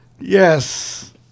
Yes